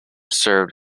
served